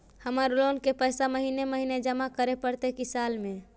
हमर लोन के पैसा महिने महिने जमा करे पड़तै कि साल में?